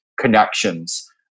connections